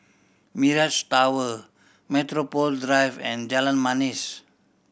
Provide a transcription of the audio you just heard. Mirage Tower Metropole Drive and Jalan Manis